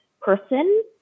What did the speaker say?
person